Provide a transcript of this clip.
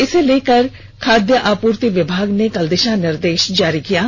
इसे लेकर खाद्य आपूर्ति विभाग ने कल दिशा निर्देश जारी कर दिया है